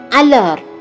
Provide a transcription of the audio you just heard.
alert